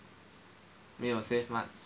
没有 save much